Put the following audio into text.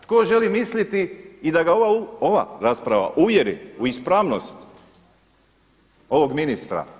Tko želi misliti i da ga ova rasprava uvjeri u ispravnost ovog ministra?